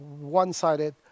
one-sided